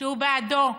שהוא בעדו.